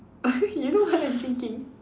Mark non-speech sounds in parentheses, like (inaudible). (laughs) you know what I'm thinking